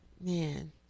Man